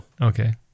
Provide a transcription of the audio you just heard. Okay